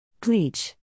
Bleach